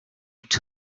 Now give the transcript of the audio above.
again